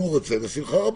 אם הוא רוצה, בשמחה רבה.